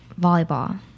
volleyball